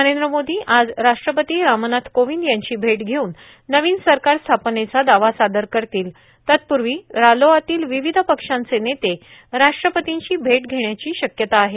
नरेंद्र मोदी आज राष्ट्रपती रामनाथ कोविंद यांची भेट घेऊन नवीन सरकार स्थापनेचा दावा सादर करतील तत्पूर्वी रालोआतील विविध पक्षांचे नेते राष्ट्रपर्तींची भेट घेण्याची शक्यता आहे